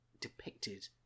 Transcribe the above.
depicted